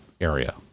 area